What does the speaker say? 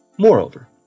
Moreover